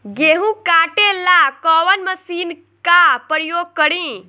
गेहूं काटे ला कवन मशीन का प्रयोग करी?